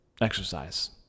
exercise